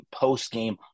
postgame